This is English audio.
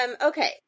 Okay